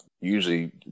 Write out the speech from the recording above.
usually